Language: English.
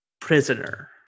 prisoner